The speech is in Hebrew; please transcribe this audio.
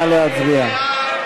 נא להצביע.